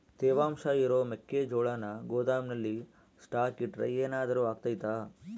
ತೇವಾಂಶ ಇರೋ ಮೆಕ್ಕೆಜೋಳನ ಗೋದಾಮಿನಲ್ಲಿ ಸ್ಟಾಕ್ ಇಟ್ರೆ ಏನಾದರೂ ಅಗ್ತೈತ?